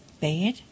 bad